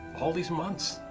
all these months,